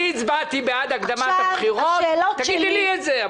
אני הצבעתי בעד הקדמת הבחירות, תגידי לי את זה.